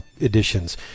editions